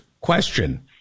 question